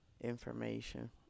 information